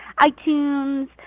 iTunes